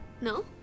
No